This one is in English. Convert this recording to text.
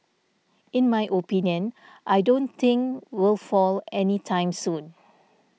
in my opinion I don't think will fall any time soon